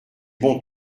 bon